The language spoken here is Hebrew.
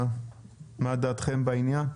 מה דעתכם בעניין?